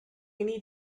need